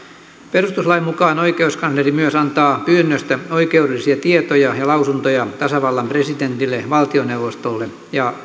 perustuslain mukaan oikeuskansleri myös antaa pyynnöstä oikeudellisia tietoja ja lausuntoja tasavallan presidentille valtioneuvostolle ja